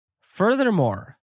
Furthermore